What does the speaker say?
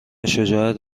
شجاعت